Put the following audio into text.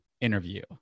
interview